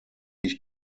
ich